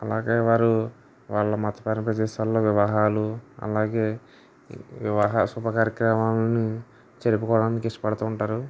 అలాగే వారు వాళ్ళ మతపర ప్రదేశాల్లో వివాహాలు అలాగే వివాహ శుభ కార్యక్రమాలను జరుపుకోవడానికి ఇష్టపడుతూ ఉంటారు